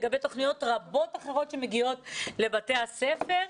לגבי תוכניות רבות אחרות שמגיעות לבתי הספר.